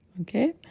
Okay